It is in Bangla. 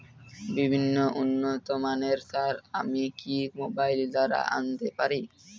বিভিন্ন উন্নতমানের সার আমি কি মোবাইল দ্বারা আনাতে পারি?